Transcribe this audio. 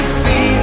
see